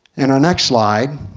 in our next slide